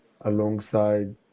alongside